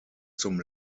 zum